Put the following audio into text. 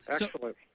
excellent